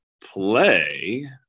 play